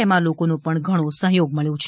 એમાં લોકોનો પણ ઘણો સહ્યોગ મબ્યો છે